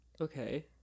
Okay